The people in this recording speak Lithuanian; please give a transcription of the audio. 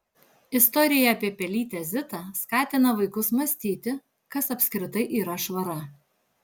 istorija apie pelytę zitą skatina vaikus mąstyti kas apskritai yra švara